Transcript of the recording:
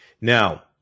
now